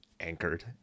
anchored